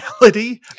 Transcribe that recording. reality